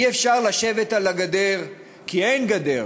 אי-אפשר לשבת על הגדר כי אין גדר.